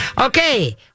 Okay